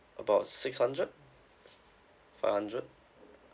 about six hundred five hundred